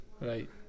Right